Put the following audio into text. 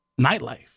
nightlife